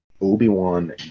Obi-Wan